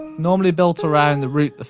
normally built around the root,